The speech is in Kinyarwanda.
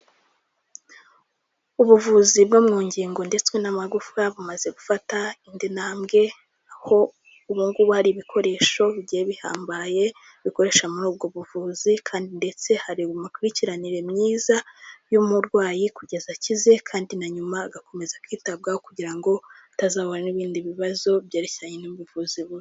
Ubuvuzi bwo mu ngingo ndetse n'amagufa bumaze gufata indi ntambwe, aho ubungubu hari ibikoresho bigiye bihambaye bikoreshwa muri ubwo buvuzi, kandi ndetse hari mu mikurikiranire myiza y'umurwayi kugeza akize, kandi na nyuma agakomeza kwitabwaho kugira ngo atazahura n'ibindi bibazo byerekeranye n'ubuvuzi bubi.